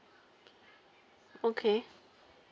okay